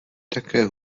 také